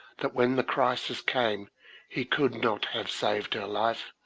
that when the crisis came he could not have saved her life,